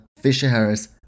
Fisher-Harris